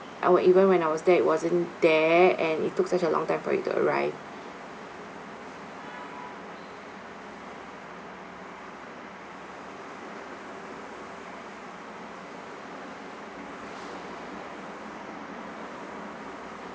I wa~ even when I was there it wasn't there and it took such a long time for you to arrive